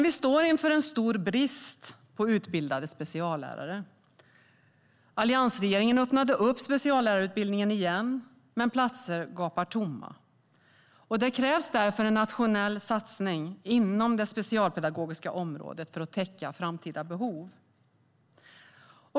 Vi står inför en stor brist på utbildade speciallärare. Alliansregeringen öppnade upp speciallärarutbildningen igen, men platser gapar tomma. Det krävs därför en nationell satsning inom det specialpedagogiska området för att täcka framtida behov.